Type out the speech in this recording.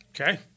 Okay